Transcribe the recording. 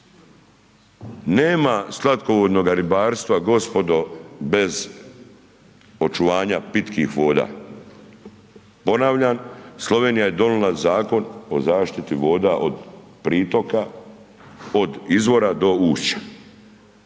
nema slatkovodnog gospodarstva gospodo bez očuvanja pitkih voda. Ponavljam, Slovenija je donijela Zakon o zaštiti voda od pritoka, od izvora do ušća,